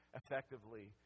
effectively